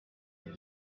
dix